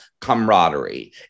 camaraderie